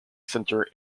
centre